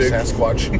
Sasquatch